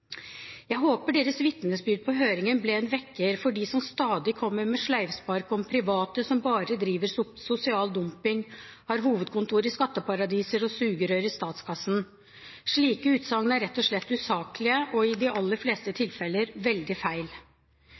Jeg håper deres vitnesbyrd på høringen ble en vekker for dem som stadig kommer med sleivspark om private som bare driver sosial dumping, har hovedkontor i skatteparadiser og sugerør i statskassen. Slike utsagn er rett og slett usaklige og i de aller fleste tilfeller veldig feil.